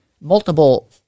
multiple